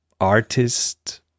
artist